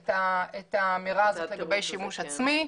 את האמירה הזאת לגבי שימוש עצמי.